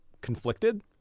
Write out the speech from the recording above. conflicted